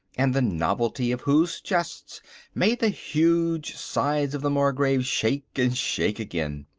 and the novelty of whose jests made the huge sides of the margrave shake and shake again.